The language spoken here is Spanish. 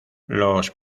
los